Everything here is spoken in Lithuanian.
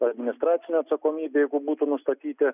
administracinę atsakomybę jeigu būtų nustatyti